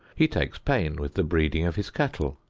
he takes pains with the breeding of his cattle.